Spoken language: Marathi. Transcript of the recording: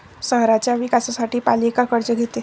शहराच्या विकासासाठी पालिका कर्ज घेते